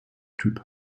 typ